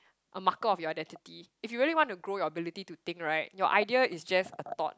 a marker of your identity if you really want to grow your ability to think right your idea is just a thought